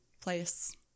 place